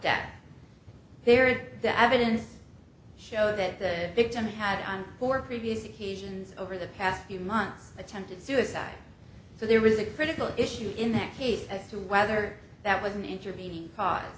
death there is that evidence show that the victim had on or previous occasions over the past few months attempted suicide so there was a critical issue in that case as to whether that was an intervening